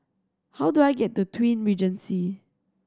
how do I get to Twin Regency